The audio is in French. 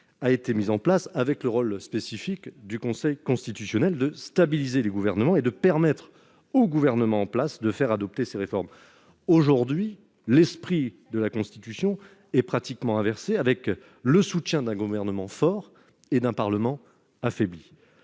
a été mis en place avec le rôle spécifique du Conseil constitutionnel de stabiliser le gouvernement est de permettre au gouvernement en place, de faire adopter ses réformes aujourd'hui l'esprit de la Constitution et pratiquement inversée avec le soutien d'un gouvernement fort et d'un Parlement affaibli